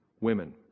women